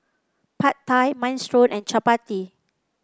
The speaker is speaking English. Pad Thai Minestrone and Chapati